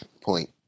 Point